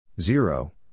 Zero